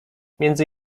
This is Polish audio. między